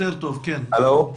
שלום לכם.